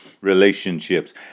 relationships